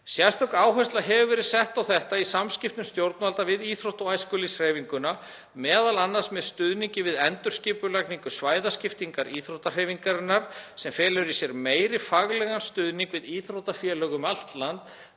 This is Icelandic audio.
Sérstök áhersla hefur verið sett á þetta í samskiptum stjórnvalda við íþrótta- og æskulýðshreyfinguna, m.a. með stuðningi við endurskipulagningu svæðaskiptingar íþróttahreyfingarinnar sem felur í sér meiri faglegan stuðning við íþróttafélög um allt land,